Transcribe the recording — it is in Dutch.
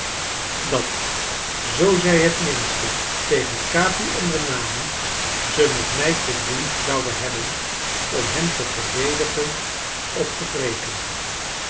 dat zoo zij het minste tegen capi ondernamen ze met mij te doen zouden hebben om hem te verdedigen of te wreken